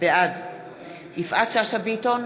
בעד יפעת שאשא ביטון,